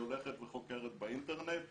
והיא הולכת וחוקרת באינטרנט.